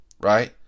Right